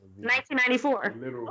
1994